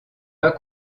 pas